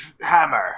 hammer